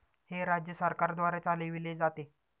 हे राज्य सरकारद्वारे चालविले जाते